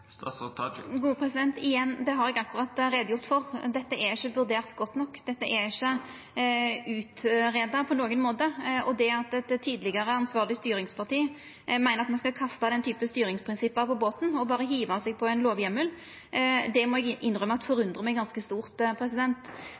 Igjen: Det har eg akkurat gjort greie for. Dette er ikkje vurdert godt nok, dette er ikkje greidd ut på nokon måte. Og det at eit tidlegare ansvarleg styringsparti meiner at ein skal kasta den typen styringsprinsipp på båten og berre hiva seg på ein lovheimel, må eg innrømma at forundrar meg ganske stort.